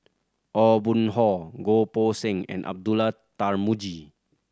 Aw Boon Haw Goh Poh Seng and Abdullah Tarmugi